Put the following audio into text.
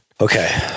Okay